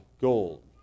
gold